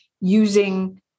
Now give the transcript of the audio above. using